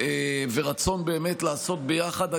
ורצון באמת לעשות ביחד,